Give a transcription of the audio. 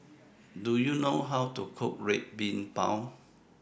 Do YOU know How to Cook Red Bean Bao